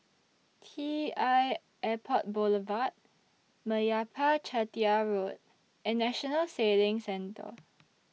T L Airport Boulevard Meyappa Chettiar Road and National Sailing Centre